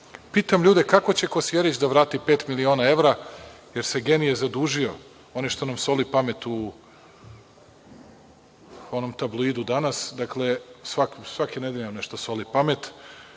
Pitam ljude, kako će Kosjerić da vrati pet miliona evra, jer se genije zadužio, onaj što nam soli pamet u onom tabloidu danas, svake nedelje nam nešto soli pamet,